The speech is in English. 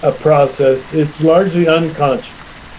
ah process. it's largely unconscious.